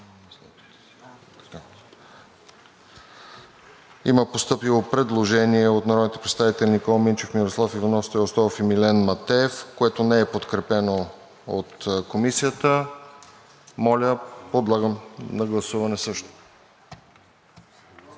има постъпило предложение от народните представители Никола Минчев, Мирослав Иванов, Стою Стоев и Милен Матеев, което не е подкрепено от Комисията. Подлагам го на гласуване.